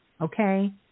okay